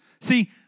See